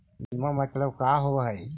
बीमा मतलब का होव हइ?